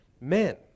men